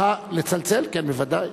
לצלצל, כן, בוודאי.